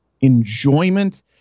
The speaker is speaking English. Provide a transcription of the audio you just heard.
enjoyment